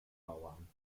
bauern